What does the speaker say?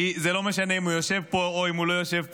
כי זה לא משנה אם הוא יושב פה או לא יושב פה,